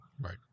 right